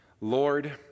Lord